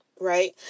right